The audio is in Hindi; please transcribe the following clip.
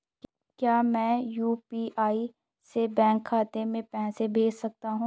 क्या मैं यु.पी.आई से बैंक खाते में पैसे भेज सकता हूँ?